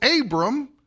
Abram